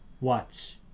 watch